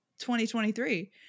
2023